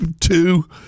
two